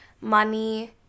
money